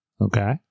okay